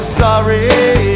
sorry